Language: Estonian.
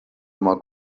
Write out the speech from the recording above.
oma